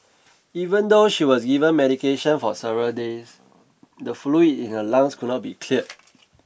even though she was given medication for several days the fluid in her lungs could not be cleared